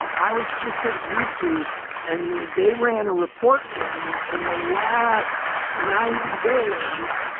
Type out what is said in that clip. um i was just at youtube and they ran a report for me in the last ninety days,